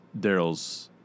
Daryl's